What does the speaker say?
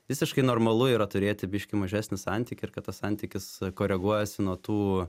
visiškai normalu yra turėti biškį mažesnį santykį ir kad tas santykis koreguojasi nuo tų